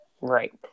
Right